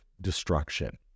destruction